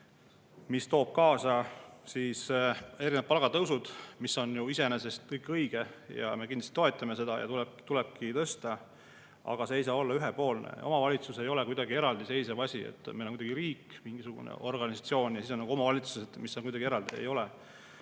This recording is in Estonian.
mida toovad kaasa erinevad palgatõusud – mis on ju iseenesest kõik õige ja me kindlasti toetame seda ja tulebki tõsta –, siis see ei saa olla ühepoolne. Omavalitsus ei ole kuidagi eraldiseisev asi. Meil on riik, mingisugune organisatsioon, ja siis on omavalitsused, mis on kuidagi eraldi – ei ole.